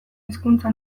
hizkuntza